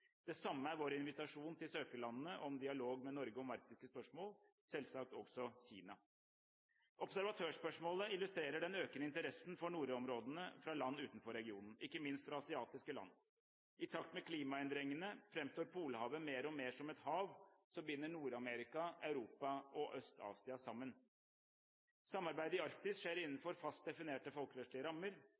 Det samme er vår invitasjon til søkerlandene om dialog med Norge om arktiske spørsmål – selvsagt også Kina. Observatørspørsmålet illustrerer den økende interessen for nordområdene fra land utenfor regionen – ikke minst fra asiatiske land. I takt med klimaendringene framstår Polhavet mer og mer som et hav som binder Nord-Amerika, Europa og Øst-Asia sammen. Samarbeidet i Arktis skjer innenfor fast definerte folkerettslige rammer.